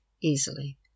easily